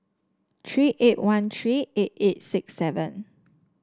three eight one three eight eight six seven